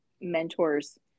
mentors